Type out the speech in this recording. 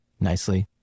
nicely